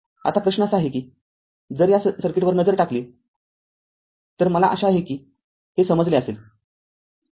आता प्रश्न असा आहे की जर या सर्किटवर नजर टाकली तर मला आशा आहे की हे समजले असेल